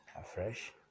afresh